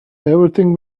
everything